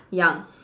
young